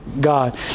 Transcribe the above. God